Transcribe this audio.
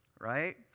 right